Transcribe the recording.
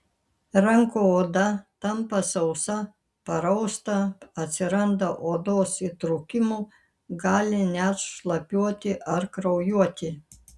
rankų oda tampa sausa parausta atsiranda odos įtrūkimų gali net šlapiuoti ar kraujuoti